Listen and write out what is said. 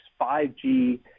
5G